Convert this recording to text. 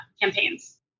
campaigns